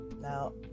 Now